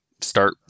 start